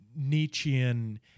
Nietzschean